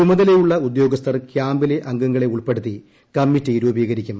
ചുമതലയുള്ള ഉദ്യോഗസ്ഥർ ക്യാമ്പിലെ അംഗങ്ങളെ ഉൾപ്പെടുത്തി കമ്മിറ്റി രൂപീകരിക്കും